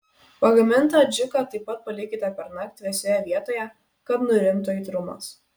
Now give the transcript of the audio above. pagamintą adžiką taip pat palikite pernakt vėsioje vietoje kad nurimtų aitrumas